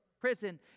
prison